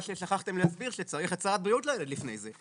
מה ששכחתם להסביר שצריך הצהרת בריאות לפני זה.